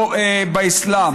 לא באסלאם.